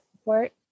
support